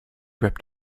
ripped